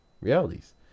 realities